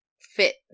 fit